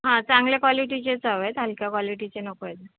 हां चांगल्या कॉलीटीचेच हवे आहेत हलक्या कॉलिटीचे नको आहेत